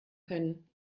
können